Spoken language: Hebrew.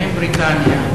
בהן בריטניה,